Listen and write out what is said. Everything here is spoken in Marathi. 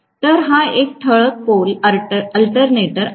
तर हा एक ठळक पोल अल्टरनेटर आहे